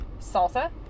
salsa